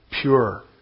pure